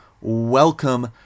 welcome